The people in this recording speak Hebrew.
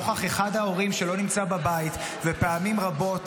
נוכח זה שאחד ההורים לא נמצא בבית ופעמים רבות